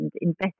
invest